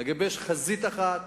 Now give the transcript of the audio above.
לגבש חזית אחת,